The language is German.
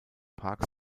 park